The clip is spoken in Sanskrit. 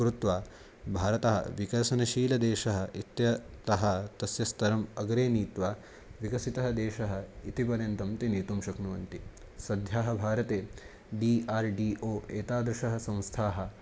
कृत्वा भारतं विकसनशीलदेशः इत्यतः तस्य स्तरम् अग्रे नीत्वा विकसितः देशः इति पर्यन्तं ते नेतुं शक्नुवन्ति सद्यः भारते डी आर् डी ओ एतादृशः संस्थाः